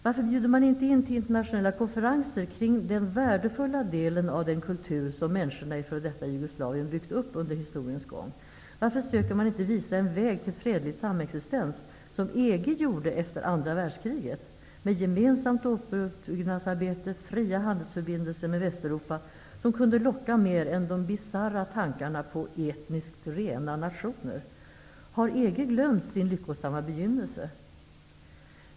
Varför bjuder man inte in till internationella konferenser kring den värdefulla delen av den kultur människorna i f.d. Jugoslavien byggt upp under historiens gång? Varför söker man inte visa en väg till fredlig samexistens, som EG gjorde efter andra världskriget, med gemensamt återuppbyggnadsarbete, fria handelsförbindelser med Västeuropa, som kunde locka mer än de bisarra tankarna på ''etniskt rena'' nationer? Har EG glömt sin lyckosamma begynnelse?